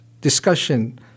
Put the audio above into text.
discussion